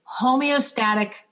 homeostatic